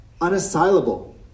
unassailable